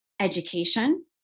education